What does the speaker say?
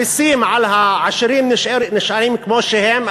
המסים על העשירים נשארים כמו שהם,